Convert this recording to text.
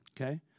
Okay